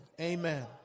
Amen